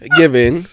giving